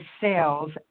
sales